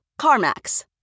CarMax